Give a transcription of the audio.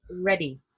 ready